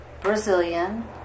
Brazilian